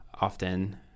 often